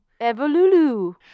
Evolulu